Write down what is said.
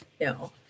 No